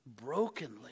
brokenly